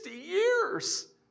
years